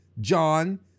John